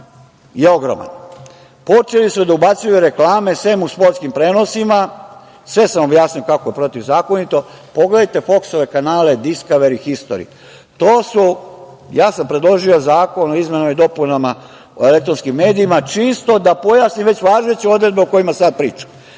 je ogroman. Počeli su da ubacuju reklame, sem u sportskim prenosima, sve sam objasnio kako protivzakonito, pogledajte foksove kanale "Diskaveri" i "Histori", to su, ja sam predložio zakon o izmenama i dopunama Zakona o elektronskim medijima čisto da pojasnim već važeće odredbe o kojima sada pričam,